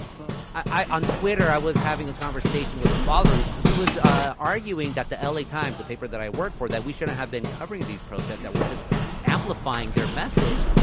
but i on twitter, i was having a conversation with the followers who was ah arguing that the l a. times, a paper that i worked for, that we shouldn't have been covering these protests, that we're just amplifying their message.